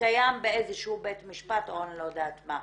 שקיים באיזשהו בית משפט או אני לא יודעת מה.